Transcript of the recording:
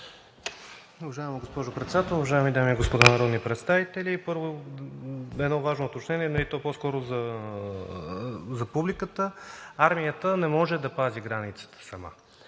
Уважаема госпожо Председател, уважаеми дами и господа народни представители! Първо едно важно уточнение, и то е по-скоро за публиката – армията не може да пази границата сама.